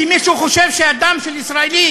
כי מישהו חושב שהדם של ישראלי